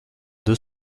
deux